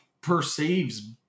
perceives